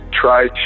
try